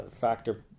factor